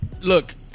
Look